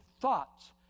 thoughts